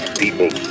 people